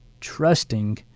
trusting